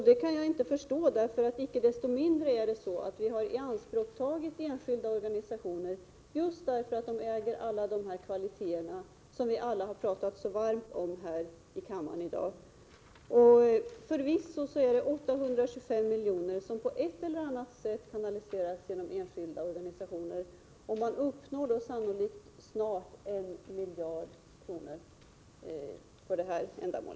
Det kan jag inte förstå, därför att icke desto mindre har enskilda organisationer ianspråktagits just därför att de äger de kvaliteter som alla har talat så varmt om här i kammaren i dag. Förvisso är det 825 miljoner som på ett eller annat sätt kanaliseras genom enskilda organisationer, och då uppnås sannolikt snart 1 miljard kronor för detta ändamål.